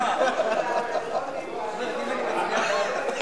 והיא איננה מוטה, והיא האובייקטיבית,